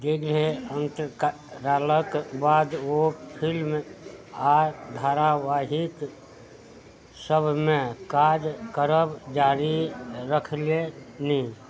दीर्घ अन्तकाल अन्तरालके बाद ओ फिलिम आओर धारावाहिक सबमे काज करब जारी रखलनि